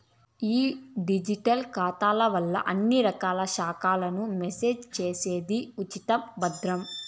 ఈ డిజిటల్ ఖాతాల వల్ల అన్ని రకాల ఖాతాలను మేనేజ్ చేసేది ఉచితం, భద్రం